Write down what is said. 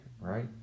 right